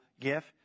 gift